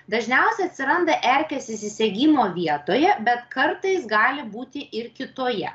dažniausia atsiranda erkės įsisegimo vietoje bet kartais gali būti ir kitoje